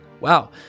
Wow